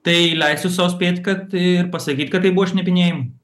tai leisiu sau spėt kad ir pasakyt kad tai buvo šnipinėjim